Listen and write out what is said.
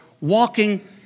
walking